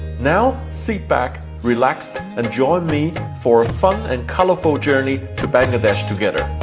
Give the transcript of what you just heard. now, sit back, relax, and join me for a fun and colourful journey to bangladesh together.